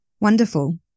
Wonderful